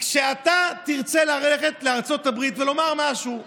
כשאתה תרצה ללכת לארצות הברית ולומר משהו,